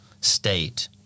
state